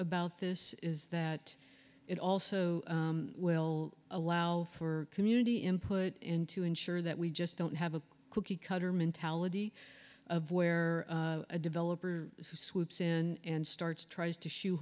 about this is that it also will allow for community input in to ensure that we just don't have a cookie cutter mentality of where a developer swoops in and starts tries to shoe